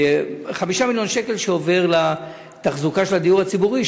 5 מיליון שקל עוברים לתחזוקה של הדיור הציבורי.